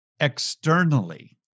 externally